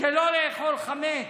שלא לאכול חמץ,